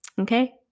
Okay